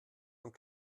und